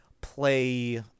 play –